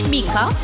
Mika